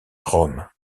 rome